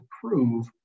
prove